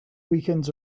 weekends